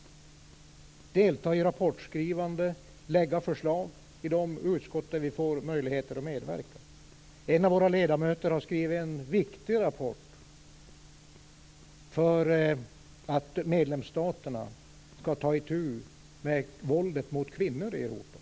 Vi deltar i rapportskrivande och lägger fram förslag i de utskott där vi får möjlighet att medverka. En av våra ledamöter har skrivit en viktig rapport för att medlemsstaterna skall ta itu med våldet mot kvinnor i Europa.